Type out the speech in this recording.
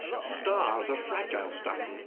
stars are fragile stuff.